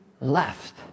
left